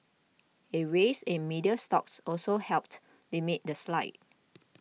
a rise in media stocks also helped limit the slide